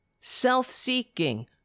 self-seeking